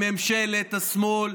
בממשלת השמאל,